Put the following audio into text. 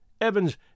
Evans